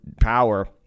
power